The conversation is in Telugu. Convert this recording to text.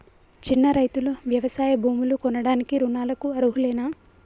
చిన్న రైతులు వ్యవసాయ భూములు కొనడానికి రుణాలకు అర్హులేనా?